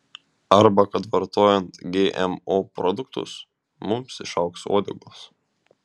arba kad vartojant gmo produktus mums išaugs uodegos